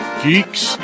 geeks